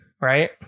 right